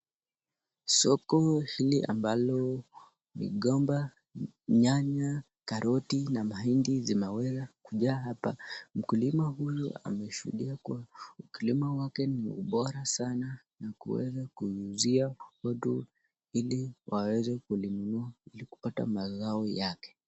Soko hili ambalo migomba , nyanya, karoti na mahindi zimeweza kujaa hapa . Mkulima huyu ameshuhudia kuwa ukulima wake ni wa ubora sana na kuweza kuuzia watu ili waweze kulinunua ili kupata mazao yake.